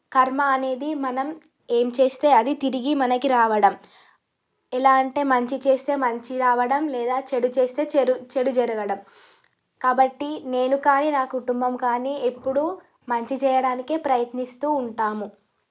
కర్మ అనేది మనం ఏం చేస్తే అది తిరిగి మనకి రావడం ఎలా అంటే మంచి చేస్తే మంచి రావడం లేదా చెడు చేస్తే చెడు చెడు జరగడం కాబట్టి నేను కానీ నా కుటుంబం కానీ ఎప్పుడూ మంచి చేయడానికే ప్రయత్నిస్తూ ఉంటాము